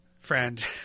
friend